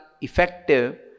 effective